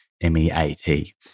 M-E-A-T